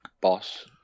boss